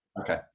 Okay